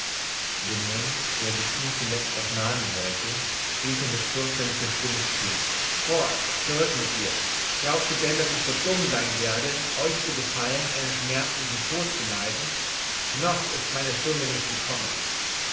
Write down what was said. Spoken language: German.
dem mönch der sich ihm zuletzt noch nahen wollte rief er mit fürchterlicher stimme zu fort zurück von mir glaubst du denn daß ich so dumm sein werde euch zu gefallen einen schmerzlichen tod zu leiden noch ist meine stunde nicht gekommen